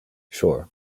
sure